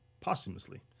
posthumously